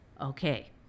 okay